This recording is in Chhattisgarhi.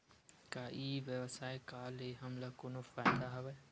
का ई व्यवसाय का ले हमला कोनो फ़ायदा हवय?